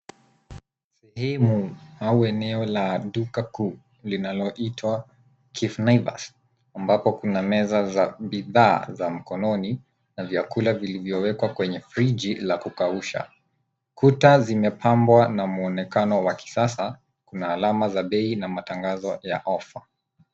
Sehemu au eneo la duka kuu linaloitwa Cafe Naivas ambapo kuna meza za bidhaa za mkononi na vyakula vilivyowekwa kwenye friji la kukausha. Kuta zimepambwa na mwonekano wa kisasa . Kuna alama za bei na matangazo ya ofa.